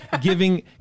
giving